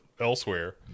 elsewhere